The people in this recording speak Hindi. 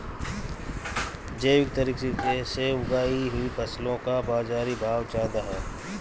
जैविक तरीके से उगाई हुई फसलों का बाज़ारी भाव ज़्यादा है